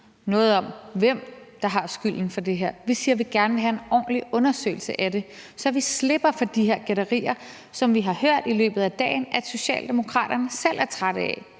noget om, hvem der har skylden for det her. Vi siger, at vi gerne vil have en ordentlig undersøgelse af det, så vi slipper for de her gætterier, som vi har hørt i løbet af dagen at socialdemokraterne selv er trætte af.